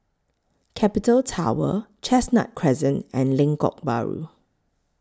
Capital Tower Chestnut Crescent and Lengkok Bahru